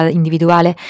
individuale